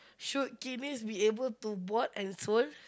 should kidneys be able to bought and sold